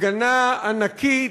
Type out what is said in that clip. הפגנה ענקית,